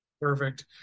Perfect